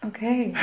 Okay